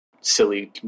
silly